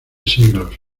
siglos